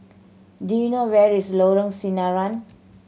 do you know where is Lorong Sinaran